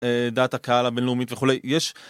דעת הקהל הבינלאומית וכולי יש...